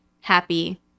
happy